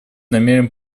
намерен